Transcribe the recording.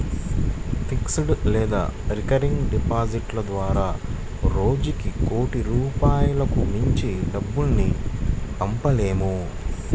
fixed లేదా recurring డిపాజిట్ల ద్వారా రోజుకి కోటి రూపాయలకు మించి డబ్బుల్ని పంపలేము